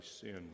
sin